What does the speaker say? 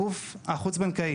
הגוף החוץ בנקאי.